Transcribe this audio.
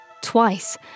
twice